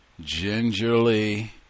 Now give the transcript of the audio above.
gingerly